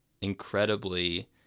incredibly